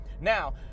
Now